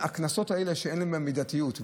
לכן, הקנסות האלה, אין בהם מידתיות.